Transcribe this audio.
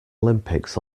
olympics